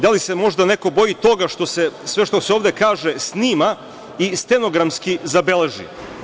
Da li se možda neko boji toga sve što se ovde kaže snima i stenogramski zabeleži.